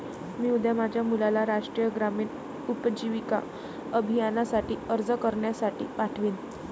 मी उद्या माझ्या मुलाला राष्ट्रीय ग्रामीण उपजीविका अभियानासाठी अर्ज करण्यासाठी पाठवीन